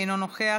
אינו נוכח,